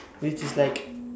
which is like